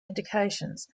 indications